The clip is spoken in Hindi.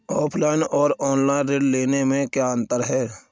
ऑफलाइन और ऑनलाइन ऋण लेने में क्या अंतर है?